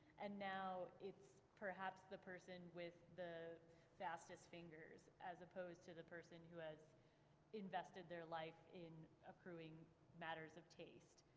and now it's perhaps the person with the fastest fingers, as opposed to the person who has invested their life in accruing matters of taste.